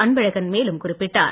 அன்பழகன் மேலும் குறிப்பிட்டார்